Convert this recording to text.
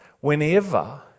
whenever